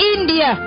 India